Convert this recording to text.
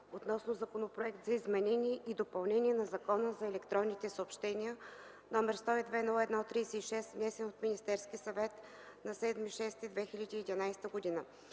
относно Законопроект за изменение и допълнение на Закона за електронните съобщения, № 102-01-36, внесен от Министерския съвет на 7 юни 2011 г.: